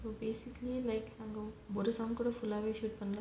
so basically like நாங்க ஒரு:naanga oru song கூட:kuda full ah வே:vae shoot பண்ணல:pannala